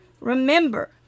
Remember